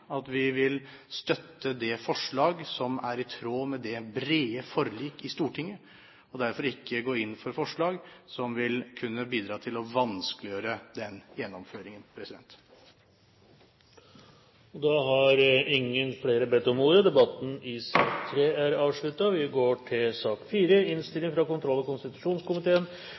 at vi vil støtte det forslag som er i tråd med det brede forlik i Stortinget, og derfor ikke vil gå inn for forslag som vil kunne bidra til å vanskeliggjøre den gjennomføringen. Flere har ikke bedt om ordet til sak nr. 3. I